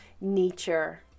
nature